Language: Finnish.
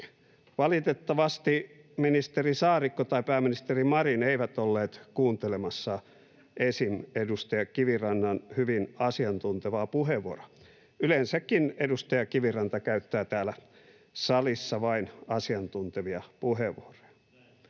Valitettavasti ministeri Saarikko tai pääministeri Marin eivät olleet kuuntelemassa esim. edustaja Kivirannan hyvin asiantuntevaa puheenvuoroa. Yleensäkin edustaja Kiviranta käyttää täällä salissa vain asiantuntevia puheenvuoroja.